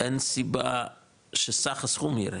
אין סיבה שסך הסכום ירד,